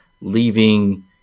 leaving